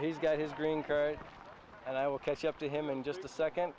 he's got his green card and i will catch up to him in just a second